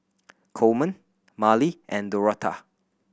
Coleman Marlie and Dorotha